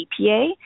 EPA